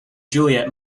juliet